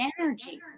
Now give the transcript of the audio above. energy